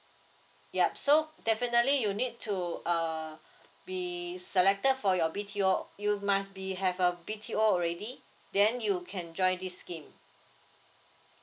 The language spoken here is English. yup so definitely you need to err be selected for your B_T_O you must be have a B_T_O already then you can join this scheme